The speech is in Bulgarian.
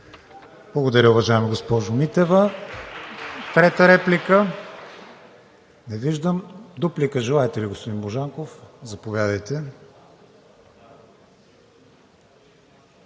Благодаря, уважаема госпожо Митева. Трета реплика? Не виждам. Дуплика желаете ли, господин Божанков? Заповядайте.